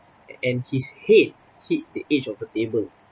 and his head hit the edge of the table